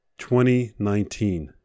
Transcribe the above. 2019